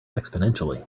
exponentially